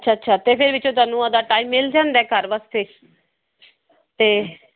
ਅੱਛਾ ਅੱਛਾ ਅਤੇ ਫਿਰ ਵਿੱਚੋਂ ਤੁਹਾਨੂੰ ਉਹਦਾ ਟਾਈਮ ਮਿਲ ਜਾਂਦਾ ਘਰ ਵਾਸਤੇ ਅਤੇ